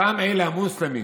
אותם אלה המוסלמים